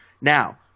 Now